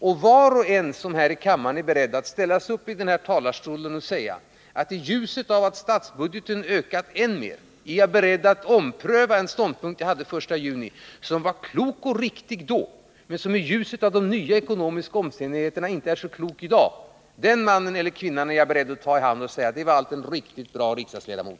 Ställer sig riksdagsledamöter — män eller kvinnor — upp i kammarens talarstol och säger att de i ljuset av att statsbudgeten ökat mer än vad som förutsågs, vill ompröva den ståndpunkt de intog den 1 juni 1979 och som kanske var klok och riktig då men som med hänsyn till de nya ekonomiska omständigheterna inte är särskilt klok i dag, är jag beredd att ta var och en av dem i hand och säga: Det var allt en riktigt bra riksdagsledamot.